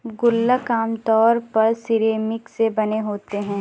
गुल्लक आमतौर पर सिरेमिक से बने होते हैं